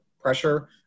pressure